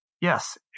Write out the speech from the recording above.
Yes